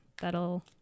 that'll